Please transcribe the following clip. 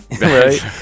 right